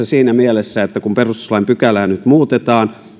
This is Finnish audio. siinä mielessä että kun perustuslain pykälää nyt muutetaan